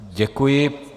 Děkuji.